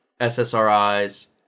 SSRIs